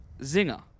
zinger